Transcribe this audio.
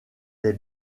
des